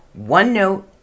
OneNote